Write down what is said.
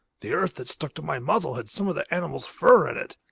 the earth that stuck to my muzzle had some of the animal's fur in it.